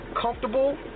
comfortable